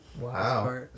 Wow